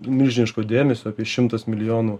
milžiniško dėmesio apie šimtas milijonų